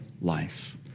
life